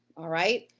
alright?